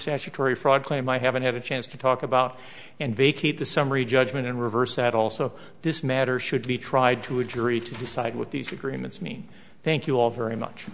statutory fraud claim i haven't had a chance to talk about and vacate the summary judgment and reverse that also this matter should be tried to a jury to decide with these agreements me thank you all very much